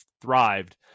thrived